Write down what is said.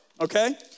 okay